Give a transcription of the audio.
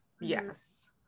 yes